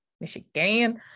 michigan